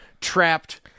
trapped